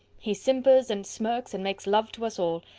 he simpers, and smirks, and makes love to us all.